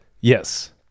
Yes